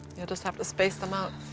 you'll just have to space them out.